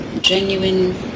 genuine